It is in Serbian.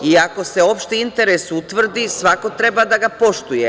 Ako se opšti interes utvrdi, svako treba da ga poštuje.